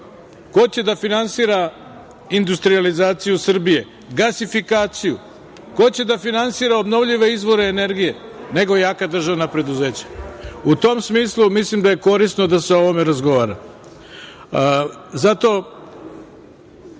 Ko će da finansira industrijalizaciju Srbije, gasifikaciju? Ko će da finansira obnovljive izvore energije, nego jaka državna preduzeća? U tom smislu, mislim da je korisno da se o ovome razgovara. Zato